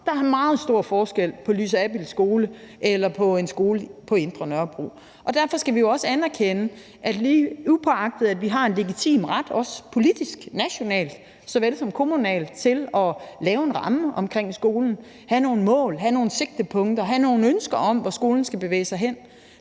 Der er meget stor forskel på Lysabilds skole og en skole på indre Nørrebro. Og derfor skal vi jo også anerkende, at upåagtet at vi har en legitim politisk ret, nationalt såvel som kommunalt, til at lave en ramme omkring skolen, have nogle mål, have nogle sigtepunkter, have nogle ønsker om, hvor skolen skal bevæge sig hen,